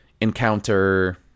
encounter